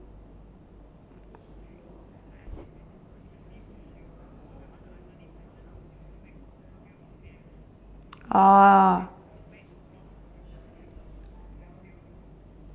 oh